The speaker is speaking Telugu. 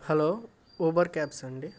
హలో ఊబర్ క్యాబ్స్ అండి